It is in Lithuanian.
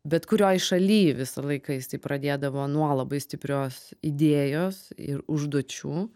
bet kurioj šaly visą laiką jisai pradėdavo nuo labai stiprios idėjos ir užduočių